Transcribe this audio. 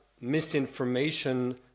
misinformation